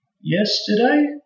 yesterday